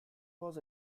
was